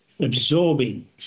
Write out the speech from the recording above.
absorbing